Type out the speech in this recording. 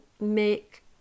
make